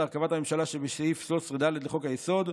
הרכבת הממשלה שבסעיף 13(ד) לחוק-היסוד,